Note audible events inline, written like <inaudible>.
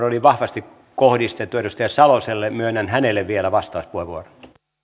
<unintelligible> oli vahvasti kohdistettu edustaja saloselle myönnän hänelle vielä vastauspuheenvuoron